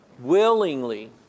willingly